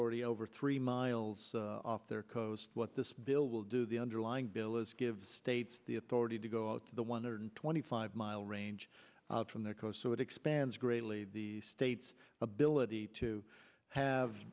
authority over three miles off their coast what this bill will do the underlying bill is give states the authority to go out to the one hundred twenty five mile range from their coast so it expands greatly the state's ability to have